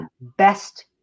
Best